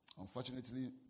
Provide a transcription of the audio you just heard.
Unfortunately